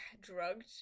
drugged